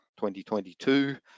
2022